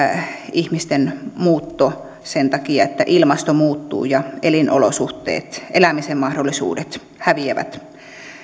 ihmisten muutto sen takia että ilmasto muuttuu ja elinolosuhteet elämisen mahdollisuudet häviävät